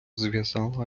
зв’язала